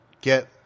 get –